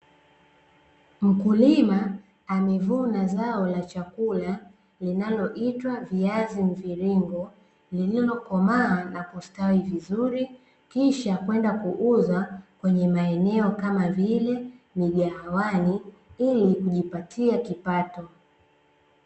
Mkulima amevuna zao la chakula, linaloitwa viazi mviringo, lililokomaa na kustawi vizuri, kisha kwenda kuuza kwenye maeneo kama vile migahawani, ili kujipatia kipato.